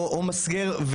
או מסגר.